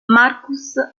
marcus